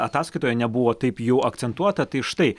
ataskaitoje nebuvo taip jau akcentuota tai štai